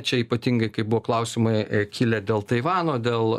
čia ypatingai kai buvo klausimai kilę dėl taivano dėl